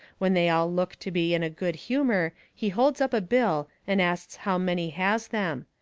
when they all look to be in a good humour he holds up a bill and asts how many has them.